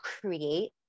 create